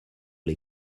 les